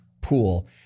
pool